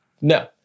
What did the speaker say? No